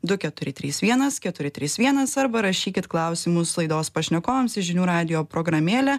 du keturi trys vienas keturi trys vienas arba rašykit klausimus laidos pašnekovams į žinių radijo programėlę